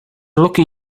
lucky